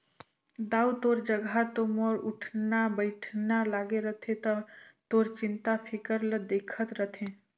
दाऊ तोर जघा तो मोर उठना बइठना लागे रथे त तोर चिंता फिकर ल देखत रथें